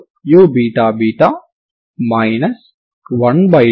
కాబట్టి f మరియు g లు f00 మరియు g00 ని సంతృప్తి పరచాలి